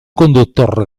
conductor